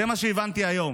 זה מה שהבנתי היום.